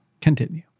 Continue